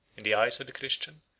in the eyes of the christian,